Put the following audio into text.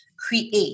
create